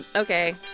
ok